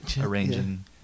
arranging